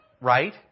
right